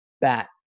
bat